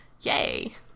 Yay